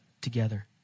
together